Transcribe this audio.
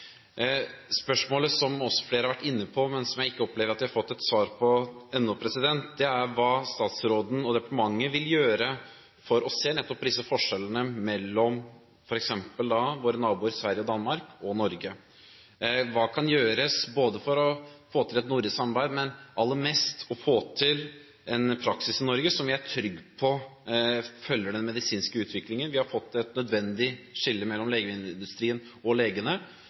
Spørsmålet – som også flere har vært inne på, men som jeg ikke opplever at de har fått svar på ennå – er hva statsråden og departementet vil gjøre for å se nettopp på disse forskjellene mellom f.eks. våre naboland Sverige og Danmark og Norge. Hva kan gjøres for å få til et nordisk samarbeid, men aller mest for å få til en praksis i Norge som vi er trygge på følger den medisinske utviklingen? Vi har fått et nødvendig skille mellom legemiddelindustrien og legene,